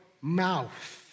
mouth